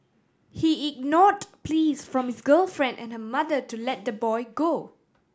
he ignored pleas from his girlfriend and her mother to let the boy go